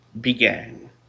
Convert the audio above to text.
began